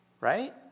right